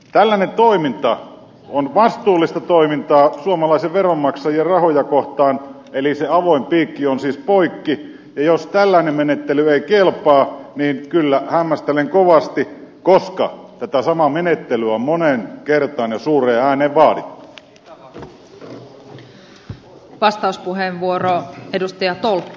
tällainen toiminta on vastuullista toimintaa suomalaisen veronmaksajan rahoja kohtaan eli se avoin piikki on siis poikki ja jos tällainen menettely ei kelpaa niin kyllä hämmästelen kovasti koska tätä samaa menettelyä on moneen kertaan ja suureen ääneen vaadittu